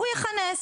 הוא יכנס,